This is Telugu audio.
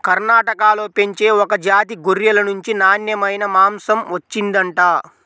కర్ణాటకలో పెంచే ఒక జాతి గొర్రెల నుంచి నాన్నెమైన మాంసం వచ్చిండంట